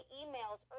emails